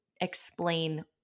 explain